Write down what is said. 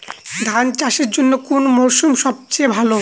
ধান চাষের জন্যে কোন মরশুম সবচেয়ে ভালো?